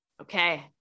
Okay